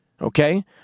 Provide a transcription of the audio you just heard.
Okay